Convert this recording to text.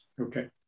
Okay